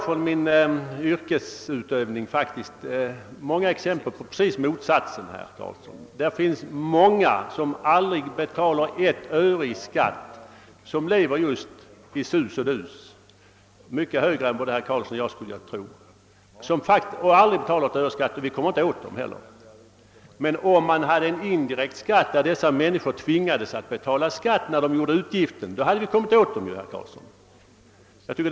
Från min yrkesutövning har jag emellertid sett många exempel på motsatta förhållandet, alltså att människor som aldrig betalar ett öre i skatt lever just i sus och dus, på en mycket högre standard än troligen både herr Karlsson och jag gör. Vi kan inte komma åt dem för det. Men om vi hade indirekt beskattning, skulle de människorna tvingas att betala skatt samtidigt med att de ger ut pengar. Då hade vi kunnat komma åt dem.